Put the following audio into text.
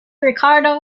ricardo